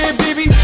baby